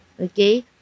Okay